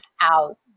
out